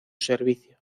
servicio